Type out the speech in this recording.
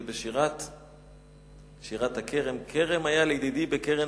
זה בשירת הכרם: כרם היה לידידי בקרן